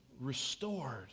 Restored